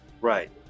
Right